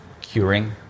curing